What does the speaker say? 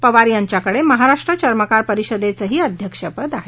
पवार यांच्याकडे महाराष्ट्र चर्मकार परिषदेचंही अध्यक्षपद आहे